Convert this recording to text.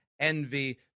envy